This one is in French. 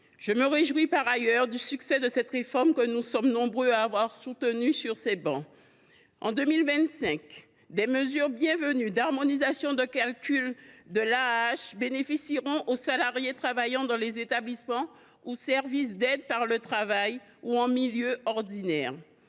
Je me réjouis du succès de cette réforme que nous sommes nombreux à avoir soutenu sur ces travées. En 2025, des mesures bienvenues d’harmonisation du calcul de l’AAH bénéficieront aux salariés travaillant dans les établissements et services d’aide par le travail ou en milieu ordinaire.